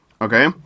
Okay